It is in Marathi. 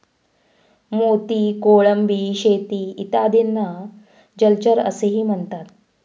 मोती, कोळंबी शेती इत्यादींना जलचर असेही म्हणतात